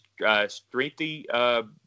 strengthy